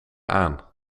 aan